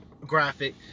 graphic